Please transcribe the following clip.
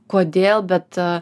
kodėl bet